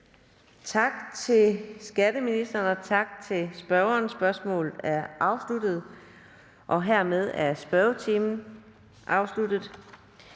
Tak til skatteministeren, og tak til spørgeren. Spørgsmålet er afsluttet. Hermed er spørgetiden afsluttet.